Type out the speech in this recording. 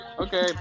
Okay